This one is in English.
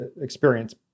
experience